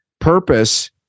Purpose